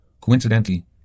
coincidentally